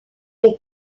est